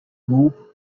group